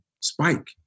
Spike